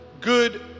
good